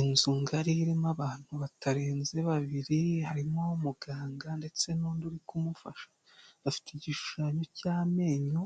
Inzu ngari irimo abantu batarenze babiri harimo: muganga ndetse n'undi uri kumufasha bafite igishushanyo cy'amenyo